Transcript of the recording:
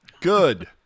Good